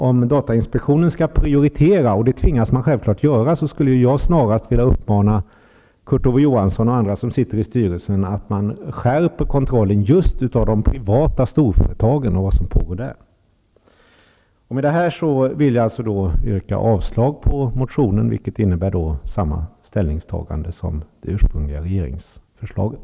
Om datainspektionen skall prioritera, och det tvingas den självfallet att göra, skulle jag vilja uppmana Kurt Ove Johansson och andra som sitter i styrelsen att skärpa kontrollen av de privata storföretagen och vad som pågår där. Med detta vill jag yrka avslag på reservationen. Det innebär alltså samma ställningstagande som det ursprungliga regeringsförslaget.